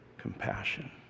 compassion